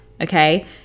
okay